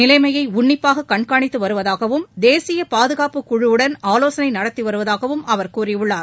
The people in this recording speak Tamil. நிலைமையை உன்னிப்பாக கண்காணித்து வருவதாகவும் தேசிய பாதுகாப்புக்குழுவுடன் ஆலோசனை நடத்தி வருவதாகவும் அவர் கூறியுள்ளார்